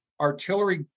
artillery